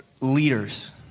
leaders